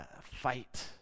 fight